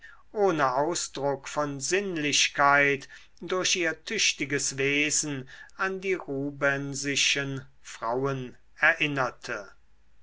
ohne ausdruck von sinnlichkeit durch ihr tüchtiges wesen an die rubensischen frauen erinnerte